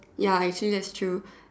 ya actually that's true